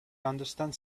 understand